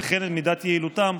וכן את מידת יעילותם,